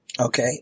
Okay